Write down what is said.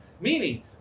Meaning